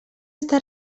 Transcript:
està